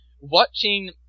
watching